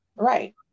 right